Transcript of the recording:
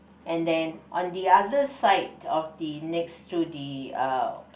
and then on the other side of the next to the uh